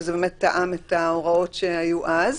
שזה באמת תאם את ההוראות שהיו אז.